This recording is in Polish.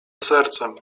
sercem